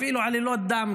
אפילו עלילות דם,